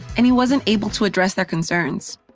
and he wasn't able to address their concerns.